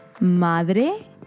madre